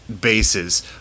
bases